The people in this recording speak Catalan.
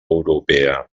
europea